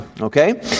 okay